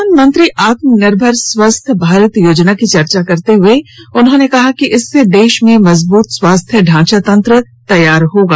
प्रधानमंत्री आत्मनिर्भर स्वस्थ भारत योजना की चर्चा करते हुए उन्होंने कहा कि इससे देश में मजबूत स्वास्थ्य ढांचा तंत्र तैयार होगा